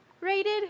rated